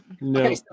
no